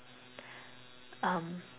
um